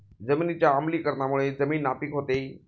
जमिनीच्या आम्लीकरणामुळे जमीन नापीक होते